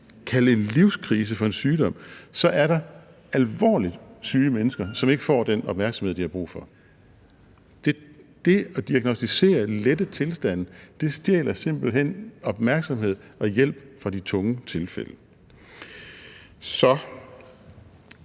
kalde en livskrise for en sygdom, så er der alvorligt syge mennesker, som ikke får den opmærksomhed, de har brug for. Det at diagnosticere lette tilstande stjæler simpelt hen opmærksomhed og hjælp fra de tunge tilfælde. Det